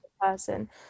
person